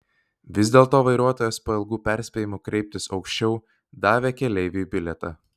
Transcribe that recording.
vis dėlto vairuotojas po ilgų perspėjimų kreiptis aukščiau davė keleiviui bilietą